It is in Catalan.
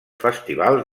festivals